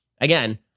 again